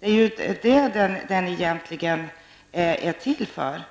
Det är detta lagen egentligen är till för.